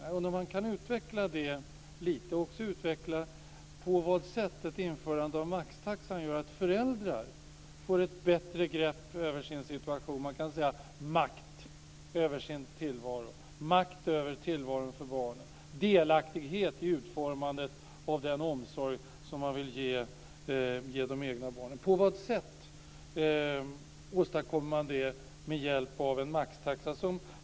Jag undrar om han kan utveckla det lite och också utveckla på vad sätt ett införande av maxtaxan gör att föräldrar får ett bättre grepp över sin situation, makt över sin och barnens tillvaro och delaktighet i utformandet av den omsorg som man vill ge de egna barnen. På vad sätt åstadkommer man det med hjälp av en maxtaxa?